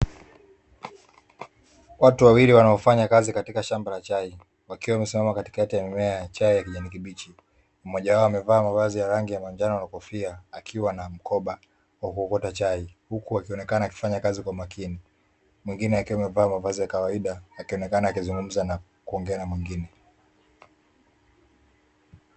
Watu wawili wanaofanya kazi katika shamba la chai wakiwa wamesimama katikati ya shamba la mimea ya chai ya kijani kibichi, mmoja wao amevaa mavazi ya rangi ya manjano na kofia akiwa na mkoba wa kuokota chai huku akionekana akifanya kazi kwa makini, mwengine akiwa amevaa mavazi ya kawaida akionekana akizungumza na mwingine.